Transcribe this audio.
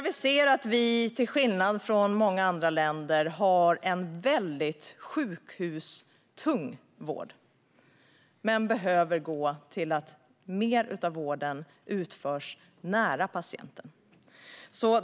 Vi ser att vi till skillnad från många andra länder har en väldigt sjukhustung vård och behöver gå mot att mer av vården utförs nära patienten.